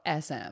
sm